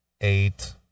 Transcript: eight